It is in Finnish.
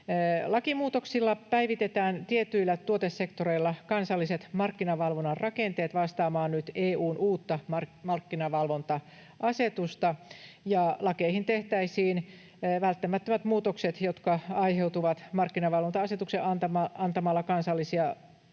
Lakimuutoksilla päivitetään tietyillä tuotesektoreilla kansalliset markkinavalvonnan rakenteet vastaamaan nyt EU:n uutta markkinavalvonta-asetusta, ja lakeihin tehtäisiin välttämättömät muutokset, jotka aiheutuvat markkinavalvonta-asetuksesta, antamalla kansallista täydentävää